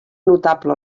notable